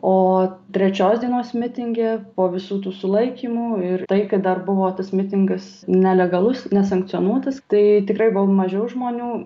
ooo trečios dienos mitinge po visų tų sulaikymų ir tai kai dar buvo tas mitingas nelegalus nesankcionuotas taai tikrai gal mažiau žmonių